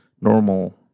normal